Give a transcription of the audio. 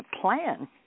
plan